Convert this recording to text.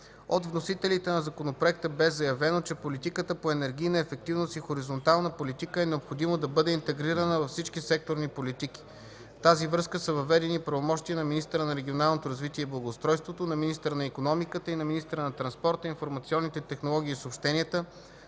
От вносителите на законопроекта бе заявено, че политиката по енергийна ефективност и хоризонтална политика е необходимо да бъде интегрирана във всички секторни политики. В тази връзка са въведени правомощия на министъра на регионалното развитие и благоустройството, на министъра на икономиката и на министъра на транспорта, информационните технологии и съобщенията